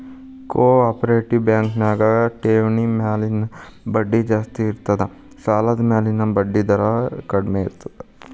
co operative bank ನ್ಯಾಗ ಠೆವ್ಣಿ ಮ್ಯಾಲಿನ್ ಬಡ್ಡಿ ಜಾಸ್ತಿ ಇರ್ತದ ಸಾಲದ್ಮ್ಯಾಲಿನ್ ಬಡ್ಡಿದರ ಕಡ್ಮೇರ್ತದ